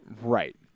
Right